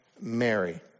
Mary